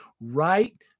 right